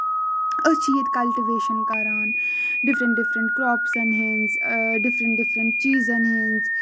أسۍ چھِ ییٚتہِ کَلٹِویشن کران ڈِفرنٹ ڈِفرنٹ کراپسن ہِنز ڈِفرنٹ ڈِفرنٹ چیٖزَن ہِنز